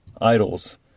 idols